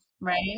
right